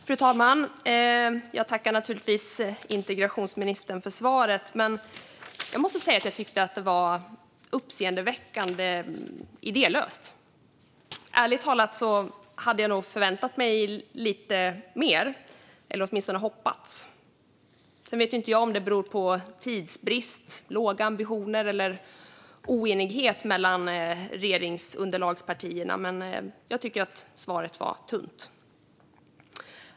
Fru talman! Jag tackar naturligtvis integrationsministern för svaret, men jag måste säga att jag tycker att det var uppseendeväckande idélöst. Ärligt talat hade jag förväntat mig, eller åtminstone hoppats på, lite mer. Jag vet inte om det beror på tidsbrist, låga ambitioner eller oenighet mellan partierna i regeringsunderlaget, men jag tycker att svaret var tunt.